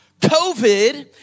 COVID